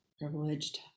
privileged